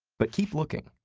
but keep looking.